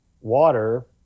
water